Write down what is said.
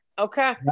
Okay